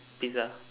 pizza